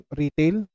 retail